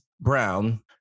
Brown